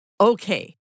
Okay